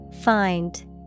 Find